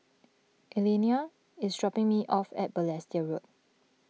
Elaina is dropping me off at Balestier Road